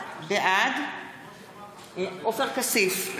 בעד עופר כסיף,